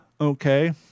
okay